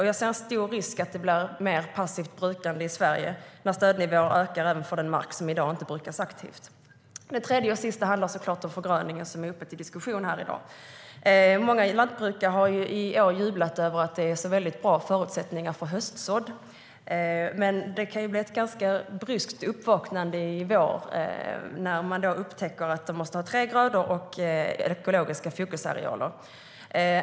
Jag ser en stor risk för att det blir mer passivt brukande i Sverige när stödnivån ökar även för den mark som i dag inte brukas aktivt. Det tredje och sista handlar såklart om förgröningen, som är uppe till diskussion här i dag. Många lantbrukare har i år jublat över att det är så väldigt bra förutsättningar för höstsådd. Men det kan bli ett ganska bryskt uppvaknande i vår, när de upptäcker att de måste ha tre grödor och ekologiska fokusarealer.